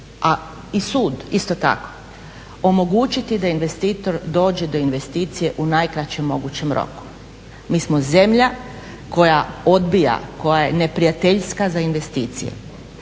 a i sud isto tako omogućiti da investitor dođe do investicije u najkraćem mogućem roku. Mi smo zemlja koja odbija, koja je neprijateljska za investicije.